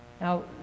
Now